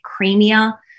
creamier